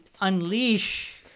unleash